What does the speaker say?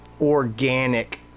organic